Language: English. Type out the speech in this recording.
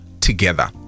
together